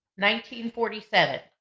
1947